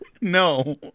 No